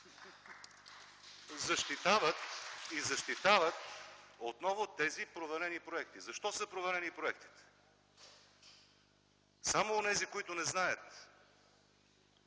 и СК), защитават отново тези провалени проекти. Защо са провалени проекти? Само онези, които не знаят,